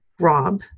Rob